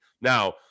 now